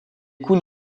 coups